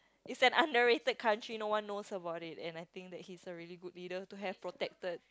is an underrated country no one knows about it and I think he's a really good leader to have protected